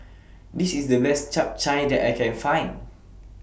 This IS The Best Chap Chai that I Can Find